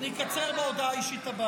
אבל זה היה --- אני אקצר בהודעה האישית הבאה.